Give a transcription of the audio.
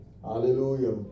hallelujah